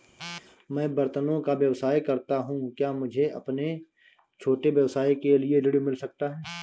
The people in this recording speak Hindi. मैं बर्तनों का व्यवसाय करता हूँ क्या मुझे अपने छोटे व्यवसाय के लिए ऋण मिल सकता है?